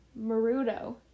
Maruto